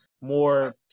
more